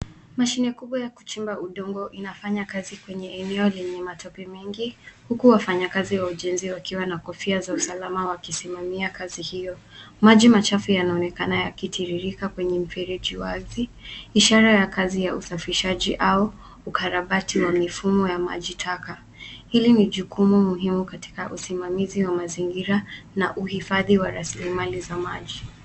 Mashini kubwa ya kuchimba udongo inafanya kazi kwenye eneo lenye matope mengi huku wafanyakazi wa ujenzi wakiwa na kofia za usalama wakisimamia kazi hiyo. Maji machafu yanaonekana yakitiririka kwenye mfereji wazi, ishara ya kazi ya usafishaji au ukarabati wa mifumo ya maji taka. Hili ni jukumu muhimu katika usimamizi wa mazingira na uhifadhi wa rasilimali za maji.